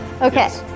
Okay